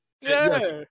Yes